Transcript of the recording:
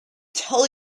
tell